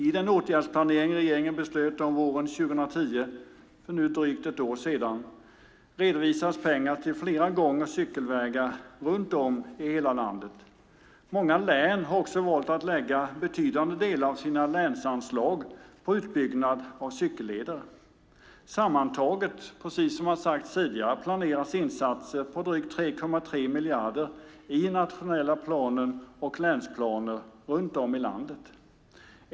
I den åtgärdsplanering som regeringen beslöt om våren 2010, för nu drygt ett år sedan, redovisades pengar till flera gång och cykelvägar runt om i hela landet. Många län har också valt att lägga betydande delar av sina länsanslag på utbyggnad av cykelleder. Sammantaget planeras, precis som har sagts tidigare, det för insatser på 3,3 miljarder i den nationella planen och i länsplaner runt om i landet.